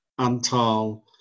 Antal